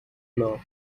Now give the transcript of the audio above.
law